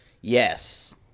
Yes